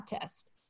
test